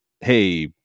hey